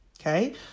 Okay